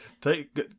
Take